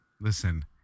Listen